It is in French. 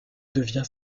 devient